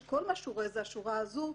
שכל מה שהוא רואה זו שורה מסוימת,